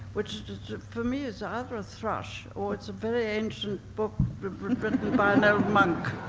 which for me, is either a thrush, or it's a very ancient book written kind of and by an old monk.